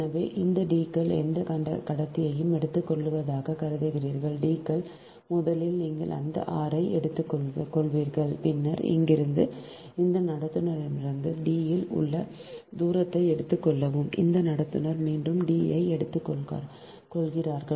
எனவே இந்த D கள் எந்தக் கடத்தியையும் எடுத்துக்கொள்வதாகக் கருதுகிறீர்கள் D கள் முதலில் நீங்கள் அதன் r ஐ எடுத்துக்கொள்வீர்கள் பின்னர் இங்கிருந்து இந்த நடத்துனரிடமிருந்து d இல் உள்ள தூரத்தை எடுத்துக் கொள்ளவும் இந்த நடத்துனர் மீண்டும் d ஐ எடுத்துக்கொள்கிறார்